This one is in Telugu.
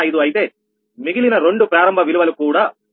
05 అయితే మిగిలిన రెండు ప్రారంభ విలువలు కూడా 1